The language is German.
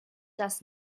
das